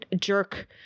jerk